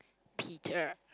Peter